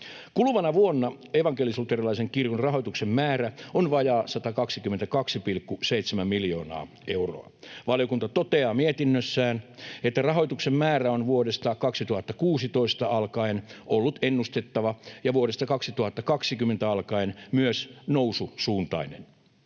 Kuluvana vuonna evankelis-luterilaisen kirkon rahoituksen määrä on vajaa 122,7 miljoonaa euroa. Valiokunta toteaa mietinnössään, että rahoituksen määrä on vuodesta 2016 alkaen ollut ennustettava ja vuodesta 2020 alkaen myös noususuuntainen.